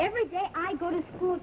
every day i go to school